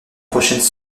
prochaines